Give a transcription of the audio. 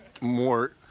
more